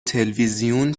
تلویزیون